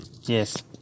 yes